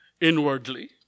inwardly